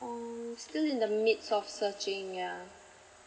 oh still in the midst of searching yeah